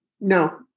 No